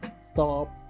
stop